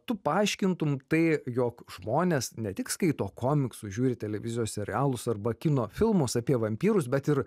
tu paaiškintum tai jog žmonės ne tik skaito komiksus žiūri televizijos serialus arba kino filmus apie vampyrus bet ir